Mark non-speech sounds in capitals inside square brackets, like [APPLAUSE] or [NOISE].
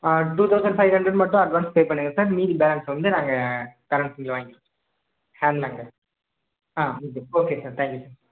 ஆ two thousand five hundred மட்டும் advance pay பண்ணுங்க sir மீதி பேலன்ஸ் வந்து நாங்கள் [UNINTELLIGIBLE] வாங்கிக்கிறோம் [UNINTELLIGIBLE] ஆ okay okay sir thank you sir